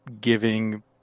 giving